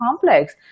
complex